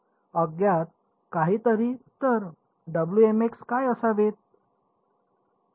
अज्ञात काहीतरी तर काय असावे